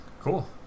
cool